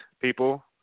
people